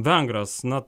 vengras na